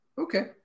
Okay